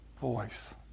voice